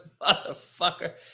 motherfucker